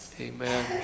Amen